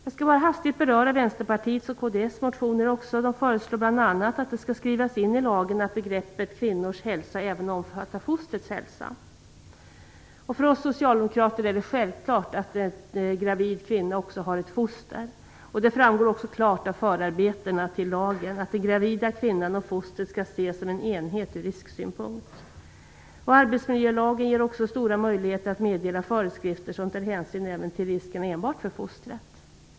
Jag skall bara hastigt beröra Vänsterpartiets och kds motioner. De föreslår bl.a. att det skall skrivas in i lagen att begreppet kvinnors hälsa även omfattar fostrets hälsa. För oss socialdemokrater är det självklart att en gravid kvinna också har ett foster. Det framgår också klart i förarbetena till lagen att den gravida kvinnan och fostret skall ses som en enhet ur risksynpunkt. Arbetsmiljölagen ger också stora möjligheter att meddela föreskrifter som tar hänsyn även till riskerna enbart för fostret.